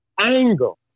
angle